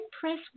press